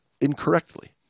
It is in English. incorrectly